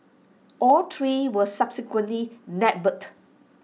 all three were subsequently nabbed